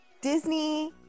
Disney